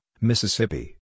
Mississippi